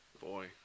Boy